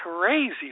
crazy